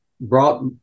brought